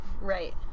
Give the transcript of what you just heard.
Right